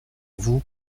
vous